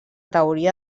teoria